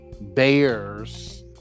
Bears